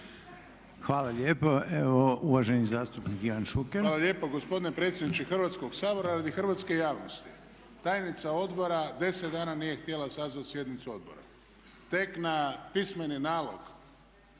Hvala lijepo. Evo uvaženi zastupnik Ivan Šuker. **Šuker, Ivan (HDZ)** Hvala lijepo gospodine predsjedniče Hrvatskog sabora. Radi hrvatske javnosti tajnica odbora 10 dana nije htjela sazvati sjednicu Odbora. Tek na pismeni nalog